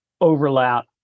overlap